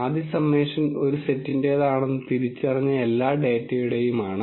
ആദ്യ സമ്മേഷൻ ഒരു സെറ്റിന്റേതാണെന്ന് തിരിച്ചറിഞ്ഞ എല്ലാ ഡാറ്റയുടെയും ആണ്